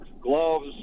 gloves